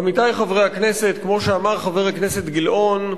עמיתי חברי הכנסת, כמו שאמר חבר הכנסת גילאון,